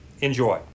Enjoy